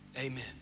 Amen